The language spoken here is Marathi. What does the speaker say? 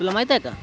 तुला माहीत आहे का